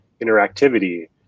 interactivity